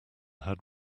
had